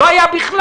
לא היה בכלל.